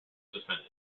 suspended